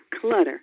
Clutter